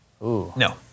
No